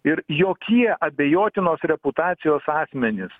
ir jokie abejotinos reputacijos asmenys